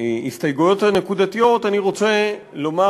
להסתייגויות הנקודתיות אני רוצה לומר